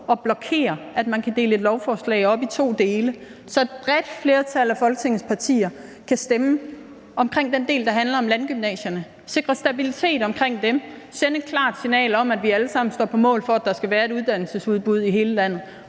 og blokere for, at man kan dele et lovforslag op i to dele, så et bredt flertal af Folketingets partier kan stemme om den del, der handler om landgymnasierne, sikre stabilitet omkring dem, sende et klart signal om, at vi alle sammen står på mål for, at der skal være et uddannelsesudbud i hele landet.